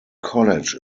college